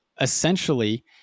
essentially